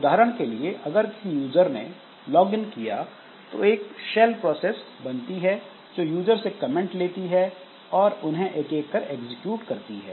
उदाहरण के लिए अगर किसी यूज़र ने लॉगिन किया तो एक शैल प्रोसेस बनती है जो यूजर से कमेंट लेती है और उन्हें एक एक कर एग्जीक्यूट करती है